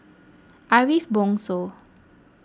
Ariff Bongso